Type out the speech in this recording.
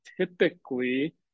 typically